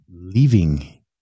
leaving